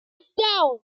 smackdown